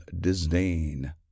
disdain